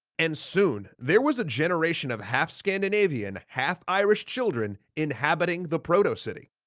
and soon there was a generation of half scandinavian, half irish children, inhabiting the proto-city.